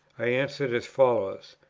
i answered as follows